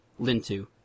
Lintu